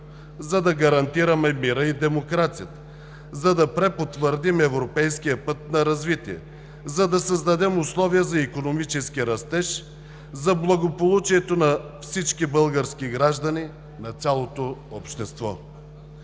за да гарантираме мира и демокрацията, за да препотвърдим европейския път на развитие, за да създадем условия за икономически растеж, за благополучието на всички български граждани и на цялото общество.